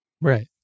Right